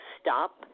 stop